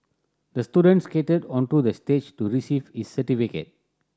the student skated onto the stage to receive his certificate